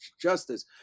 justice